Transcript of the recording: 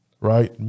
right